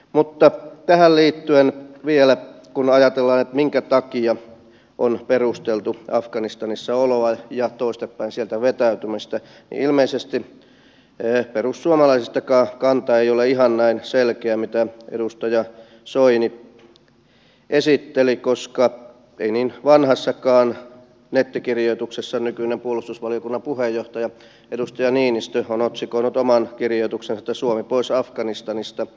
mutta tähän liittyen vielä kun ajatellaan minkä takia on perusteltu afganistanissa oloa ja toistepäin sieltä vetäytymistä niin ilmeisesti perussuomalaistenkaan kanta ei ole ihan näin selkeä kuin edustaja soini esitteli koska ei niin vanhassakaan nettikirjoituksessa nykyinen puolustusvaliokunnan puheenjohtaja edustaja niinistö on otsikoinut oman kirjoituksensa suomi pois afganistanista hallitusti